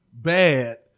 bad